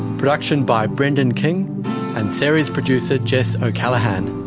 production by brendan king and series producer jess o'callaghan,